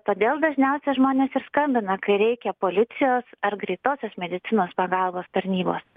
todėl dažniausia žmonės skambina kai reikia policijos ar greitosios medicinos pagalbos tarnybos